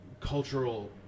cultural